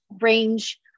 range